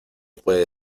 puede